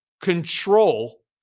control